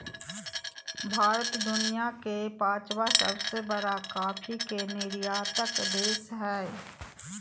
भारत दुनिया के पांचवां सबसे बड़ा कॉफ़ी के निर्यातक देश हइ